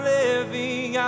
living